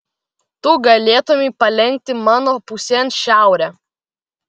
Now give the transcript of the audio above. tu galėtumei palenkti mano pusėn šiaurę